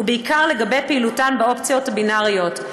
ובעיקר על פעילותן באופציות בינאריות,